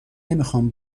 نمیخام